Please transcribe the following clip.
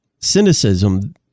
cynicism